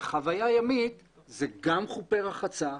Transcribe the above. חוויה ימית זה גם חופי רחצה,